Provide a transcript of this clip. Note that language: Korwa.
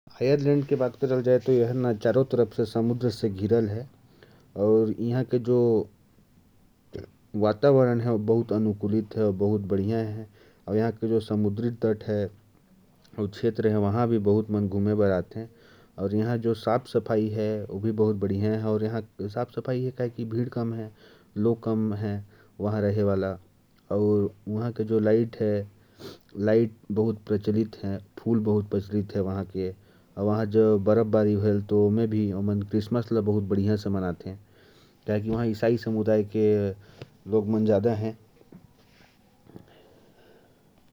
आयरलैंड चारों तरफ से समुद्री तट से घिरा हुआ है। यहां भी बहुत पर्यटक आते हैं, और यहां के फूल बहुत प्रचलित हैं। ईसाई समुदाय के लोग ज्यादा हैं, और इसी कारण क्रिसमस को बहुत धूमधाम से मनाते हैं।